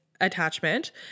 attachment